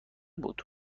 بود